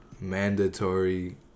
mandatory